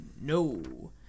No